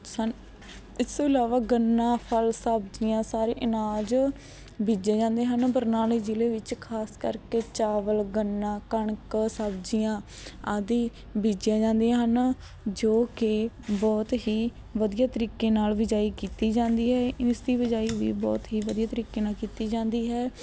ਸਾਨੂੰ ਇਸ ਤੋਂ ਇਲਾਵਾ ਗੰਨਾ ਫਲ ਸਬਜ਼ੀਆਂ ਸਾਰੇ ਅਨਾਜ ਬੀਜੇ ਜਾਂਦੇ ਹਨ ਬਰਨਾਲੇ ਜ਼ਿਲ੍ਹੇ ਵਿੱਚ ਖ਼ਾਸ ਕਰਕੇ ਚਾਵਲ ਗੰਨਾ ਕਣਕ ਸਬਜ਼ੀਆਂ ਆਦਿ ਬੀਜੀਆਂ ਜਾਂਦੀਆਂ ਹਨ ਜੋ ਕਿ ਬਹੁਤ ਹੀ ਵਧੀਆ ਤਰੀਕੇ ਨਾਲ ਬਿਜਾਈ ਕੀਤੀ ਜਾਂਦੀ ਹੈ ਇਸ ਦੀ ਬਿਜਾਈ ਵੀ ਬਹੁਤ ਹੀ ਵਧੀਆ ਤਰੀਕੇ ਨਾਲ ਕੀਤੀ ਜਾਂਦੀ ਹੈ